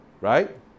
right